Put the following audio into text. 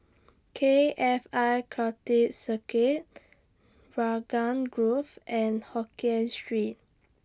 K F I Karting Circuit Raglan Grove and Hokkien Street